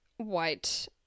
White